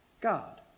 God